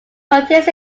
contains